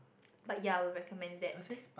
but ya I'll recommend that